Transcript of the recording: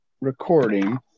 recording